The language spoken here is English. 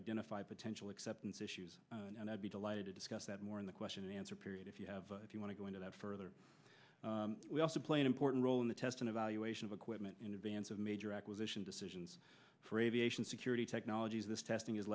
identify potential acceptance issues and i'd be delighted to discuss that more in the question and answer period if you have if you want to go into that further we also play an important role in the test and evaluation of equipment in advance of major acquisition decisions for aviation security technologies this